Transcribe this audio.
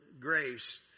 grace